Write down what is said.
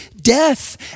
death